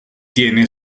tiene